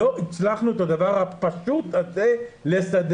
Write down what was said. לא הצלחנו את הדבר הפשוט הזה לסדר.